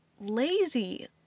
lazy